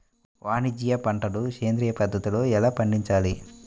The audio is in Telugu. వాణిజ్య పంటలు సేంద్రియ పద్ధతిలో ఎలా పండించాలి?